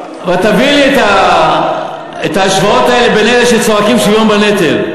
תביא לי את ההשוואות האלה בין אלה שצועקים שוויון בנטל.